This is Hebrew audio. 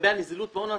לגבי הנזילות בהון העצמי.